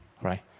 right